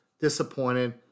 disappointed